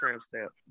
stamp